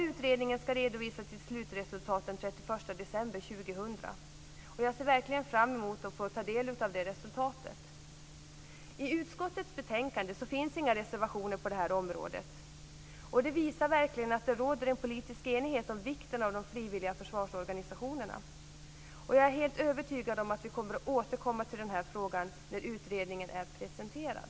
Utredningen ska redovisa sitt slutresultat den 31 december år 2000. Jag ser verkligen fram emot att ta del av det resultatet. I utskottets betänkande finns inga reservationer på det här området. Det visar verkligen att det råder en politisk enighet om vikten av de frivilliga försvarsorganisationerna. Jag är helt övertygad om att vi återkommer till frågan när utredningen är presenterad.